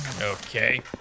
Okay